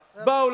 באו,